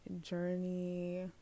journey